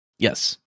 Yes